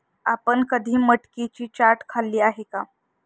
आपण कधी मटकीची चाट खाल्ली आहे का?